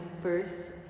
first